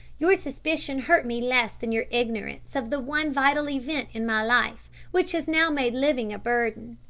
your suspicion hurt me less than your ignorance of the one vital event in my life which has now made living a burden.